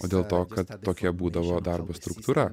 o dėl to kad tokia būdavo darbo struktūra